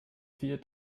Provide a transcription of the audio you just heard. vier